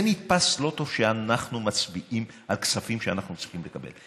זה נתפס לא טוב שאנחנו מצביעים על כספים שאנחנו צריכים לקבל.